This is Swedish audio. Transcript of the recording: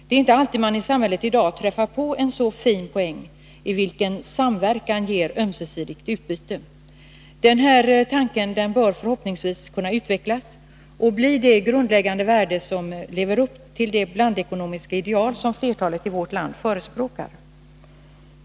Det är inte alltid man i samhället i dag träffar på en så fin poäng, där samverkan ger ömsesidigt utbyte. Den här tanken bör förhoppningsvis kunna utvecklas och bli av grundläggande värde när det gäller att leva upp till det blandekonomiska ideal som flertalet i vårt land förespråkar.